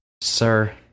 Sir